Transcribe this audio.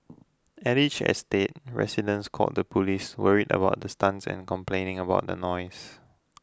at each estate residents called the police worried about the stunts and complaining about the noise